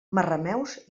marrameus